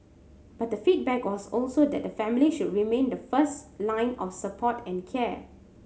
but the feedback was also that the family should remain the first line of support and care